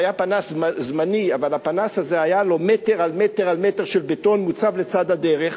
שהיה פנס זמני אבל היה לו מטר על מטר על מטר של בטון מוצב לצד הדרך.